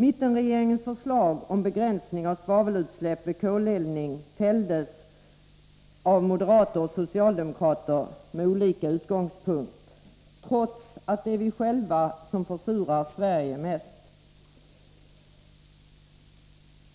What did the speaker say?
Mittenregeringens förslag om begränsning av svavelutsläpp vid koleldning fälldes av moderater och socialdemokrater, men från olika utgångspunkt, trots att det är vi själva som försurar Sverige mest.